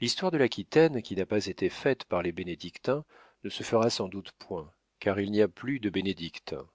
l'histoire de l'aquitaine qui n'a pas été faite par les bénédictins ne se fera sans doute point car il n'y a plus de bénédictins